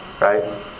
right